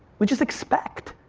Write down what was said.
we just expect.